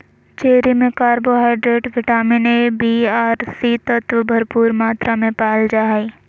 cherry में carbohydrate, vitamin A, B आर C तत्व भरपूर मात्रा में पायल जा हइ